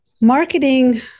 Marketing